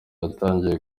yatangiye